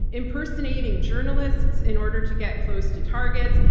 impersonating journalists in order to get close to targets,